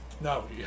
No